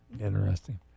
Interesting